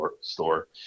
store